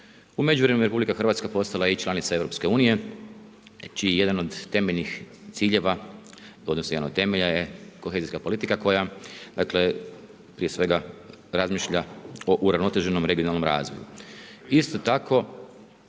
U međuvremenu RH postala je i članica EU čiji je jedan od temeljnih ciljeva, odnosno jedan od temelja je kohezijska politika koja, prije svega, razmišlja o uravnoteženom regionalnom razvoju. Isto tako